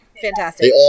fantastic